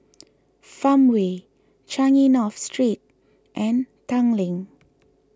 Farmway Changi North Street and Tanglin